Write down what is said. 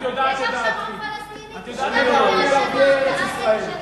את יודעת את דעתי.